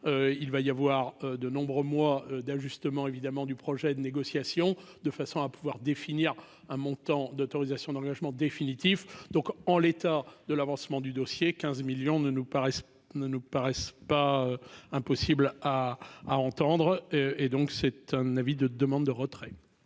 il va y avoir de nombreux mois d'ajustement évidemment du projet de négociations, de façon à pouvoir définir un montant d'autorisations d'engagement définitif, donc en l'état de l'avancement du dossier 15 millions ne nous paraissent ne nous paraissent pas impossibles à à entendre, et donc c'est un avis de demandes de retrait.